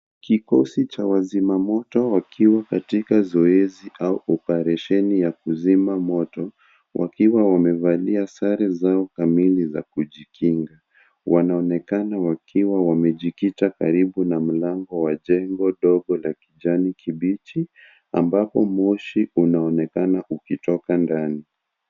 Kikosi cha wazimamoto wakiwa katika zoezi au oparesheni ya kuzima moto wakiwa wamevalia sare zao kamili za kujikinga. Wanaonekana wakiwa wamejikita karibu na mlango wa jengo dogo la kijani kibichi ambapo moshi unaonekana ukitoka ndani.